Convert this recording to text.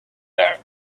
are